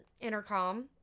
intercom